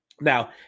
Now